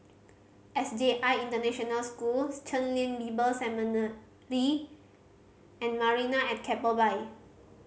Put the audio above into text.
S J I International Schools Chen Lien Bible Seminary and Marina at Keppel Bay